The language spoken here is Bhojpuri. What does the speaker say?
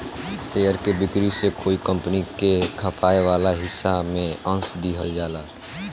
शेयर के बिक्री से कोई कंपनी के खपाए वाला हिस्सा में अंस दिहल जाला